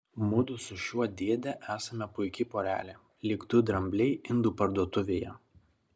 mudu su šiuo dėde esame puiki porelė lyg du drambliai indų parduotuvėje